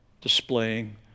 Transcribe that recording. displaying